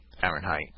Fahrenheit